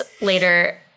later